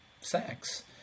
sex